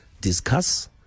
discuss